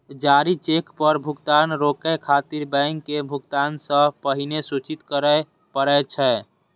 जारी चेक पर भुगतान रोकै खातिर बैंक के भुगतान सं पहिने सूचित करय पड़ै छै